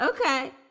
Okay